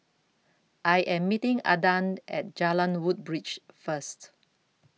I Am meeting Adan At Jalan Woodbridge First